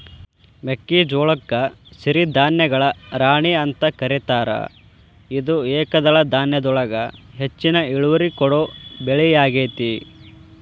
ಮೆಕ್ಕಿಜೋಳಕ್ಕ ಸಿರಿಧಾನ್ಯಗಳ ರಾಣಿ ಅಂತ ಕರೇತಾರ, ಇದು ಏಕದಳ ಧಾನ್ಯದೊಳಗ ಹೆಚ್ಚಿನ ಇಳುವರಿ ಕೊಡೋ ಬೆಳಿಯಾಗೇತಿ